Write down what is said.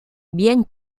bien